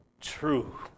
true